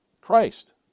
Christ